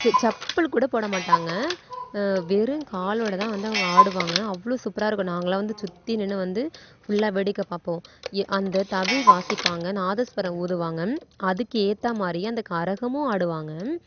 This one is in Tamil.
செப்பல் கூட போட மாட்டாங்க வெறும் காலோடுதான் வந்து அவங்க ஆடுவாங்க அவ்வளோ சூப்பராக இருக்கும் நாங்கெல்லாம் வந்து அவ்வளோ சுற்றி நின்று வந்து ஃபுல்லாக வேடிக்கை பார்ப்போம் அந்த தவில் வாசிப்பாங்க நாதஸ்வரம் ஊதுவாங்க அதுக்கு ஏற்ற மாதிரி அந்த கரகமும் ஆடுவாங்க